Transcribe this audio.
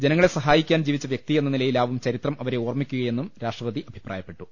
ജനങ്ങളെ സഹായിക്കാൻ ജീവിച്ച വ്യക്തി എന്ന നിലയിലാവും ചരിത്രം അവരെ ഓർമ്മി ക്കുകയെന്നും രാഷ്ട്രപതി പറഞ്ഞു